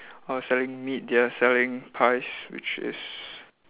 of selling meat they are selling pies which is